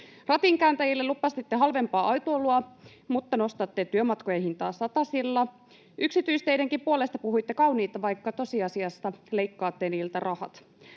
Ratinkääntäjille lupasitte halvempaa autoilua, mutta nostatte työmatkojen hintaa satasilla. Yksityisteidenkin puolesta puhuitte kauniita, vaikka tosiasiassa leikkaatte niiltä rahat.